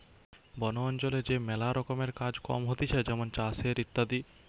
বন অঞ্চলে যে ম্যালা রকমের কাজ কম হতিছে যেমন চাষের ইত্যাদি